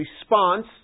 response